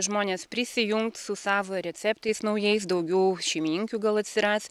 žmonės prisijungt su savo receptais naujais daugiau šeimininkių gal atsiras